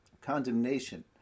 Condemnation